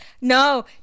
No